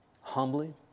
humbly